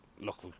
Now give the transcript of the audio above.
look